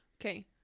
Okay